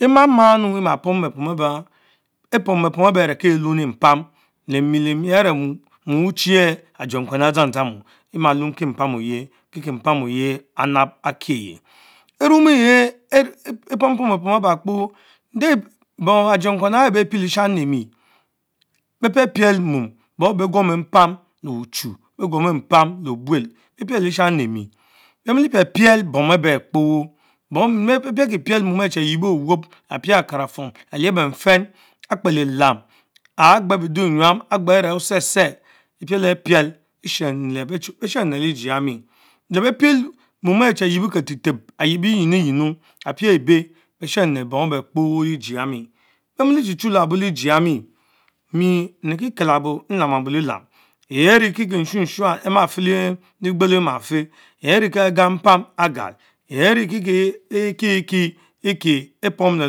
Emamanu Ema pomu bek pom bem pom ebeh erich kie uuni mpam, lenni lemmi mom uchie are age Kuen reh adsandzamy ema links mpan oyel are kie mpan oycle anab akich. Ermmyych epom pom bepom eba kpo agenkwen are ben piele- Shani lenii, beh prepiel mom bom abe beh Kwomu mpam Leuchu, beh kwomu mpan leh buel beh pieleshani lemi sele maile piel pret bon eвекро mom enn chie ajitro owop apien akaratom alich benferm akpelielam, anh ghe Gedung enyam agbe arez otse the ep epiele prel beh shanule le gie yamie, le ben prel mom are chi anh yep nyinu & regime apre ebe beh shenu le bom евећкра lejre yamie, At ber midie chu Chu le abo le Ejie James mie nrieki Camabo lelam, yeah ne kikie couunsuwan emafen le egbelo ematch yeah ane kis agal mpam agal yeah ne kakie ekieki opos le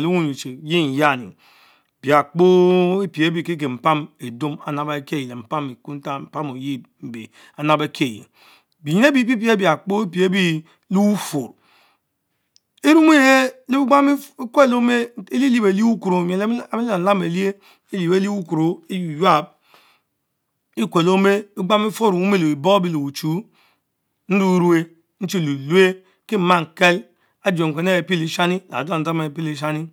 lewunyar emeine ayernyani bia's kpo epietieki mpam Edrum amab alkieyh, mpan Ekumtak, mpam oyeh mbe amal akieye. Benaim ebie epiepie ebia kpo epiebre le- ufurr, Arumuge lebiégbangbie ekwelo le omen, elilien ben lion ukuro miel amiele lamlam Belich elich beh liah buku Яшиулав, Ekwelomen, begbang befur le ome wuchy beh bor abi leh nrurue non lukue kie ma kel agenkwen ahh piele- shami le azandzama ehh pielesnomi.